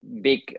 big